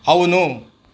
అవును